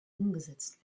umgesetzt